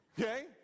Okay